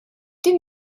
din